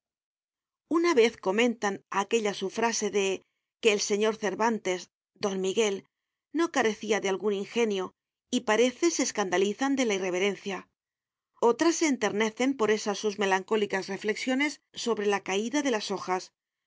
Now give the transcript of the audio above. una vez comentan aquella su frase de que el sr cervantes don miguel no carecía de algún ingenio y parece se escandalizan de la irreverencia otra se enternecen por esas sus melancólicas reflexiones sobre la caída de las hojas